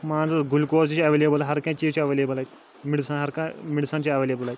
مان ژٕ گُلکوز تہِ چھِ اٮ۪وٮ۪لیبٕل ہَر کانٛہہ چیٖز چھِ اٮ۪وٮ۪لیبٕل اَتہِ میٚڈِسَن ہَر کانٛہہ میٚڈِسَن چھِ اٮ۪وٮ۪لیبٕل اَتہِ